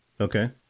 Okay